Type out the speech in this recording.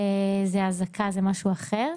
זו אזעקה, זה משהו אחר.